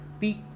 Peak